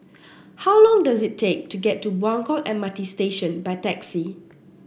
how long does it take to get to Buangkok M R T Station by taxi